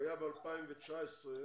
שהיה ב-2019,